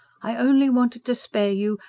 i only wanted to spare you.